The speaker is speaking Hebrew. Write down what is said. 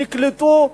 נקלטו.